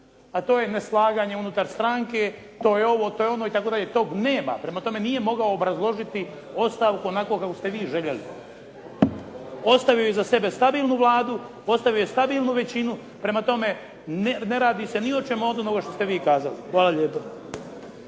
A to je neslaganje unutar stranke, to je ovo, to je ono itd. toga nema. Prema tome, nije mogao obrazložiti ostavku onako kako ste vi željeli. Ostavio je iza sebe stabilnu Vladu, ostavio je stabilnu većinu. Prema tome, ne radi se ni o čemu od onoga što ste vi kazali. Hvala lijepo.